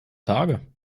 tage